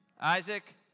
Isaac